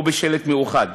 או בשלט מאוחד,